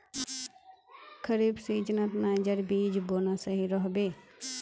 खरीफ सीजनत नाइजर बीज बोना सही रह बे